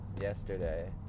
yesterday